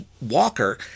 walker